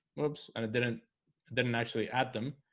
whoops and it didn't didn't actually add them.